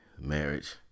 marriage